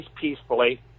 peacefully